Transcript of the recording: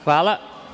Hvala.